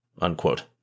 unquote